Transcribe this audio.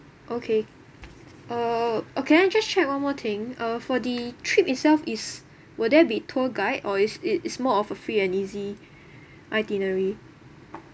okay uh can I just check one more thing uh for the trip itself is will there be tour guide or is it is more of free and easy itinerary